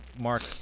Mark